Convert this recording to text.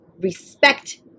respect